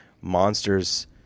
Monsters